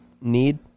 need